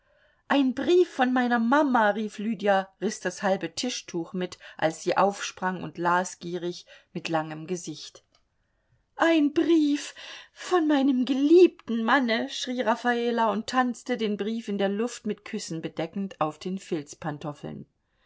ein brief von meiner mama rief lydia riß das halbe tischtuch mit als sie aufsprang und las gierig mit langem gesicht ein brief von meinem geliebten manne schrie raffala und tanzte den brief in der luft mit küssen bedeckend auf den